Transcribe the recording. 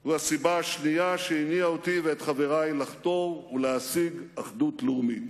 הוא הסיבה השנייה שהניעה אותי ואת חברי לחתור ולהשיג אחדות לאומית.